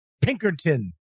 Pinkerton